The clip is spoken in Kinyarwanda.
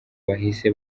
bahise